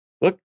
look